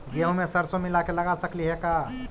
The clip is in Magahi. गेहूं मे सरसों मिला के लगा सकली हे का?